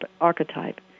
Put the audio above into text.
archetype